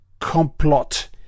Complot